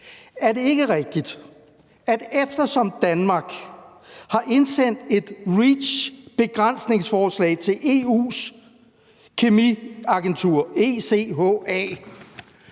Er det ikke rigtigt, at eftersom Danmark har indsendt et REACH-begrænsningsforslag til EU's kemikalieagentur, ECHA,